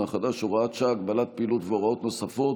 החדש (הוראת שעה) (הגבלת פעילות והוראות נוספות)